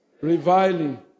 reviling